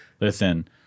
listen